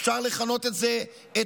אפשר לכנות את זה "אתנניהו"